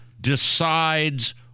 decides